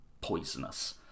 poisonous